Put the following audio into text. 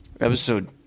Episode